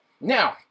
Now